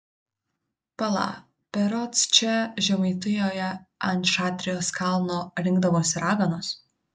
pala berods čia žemaitijoje ant šatrijos kalno rinkdavosi raganos